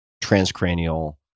transcranial